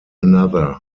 another